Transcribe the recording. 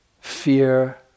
fear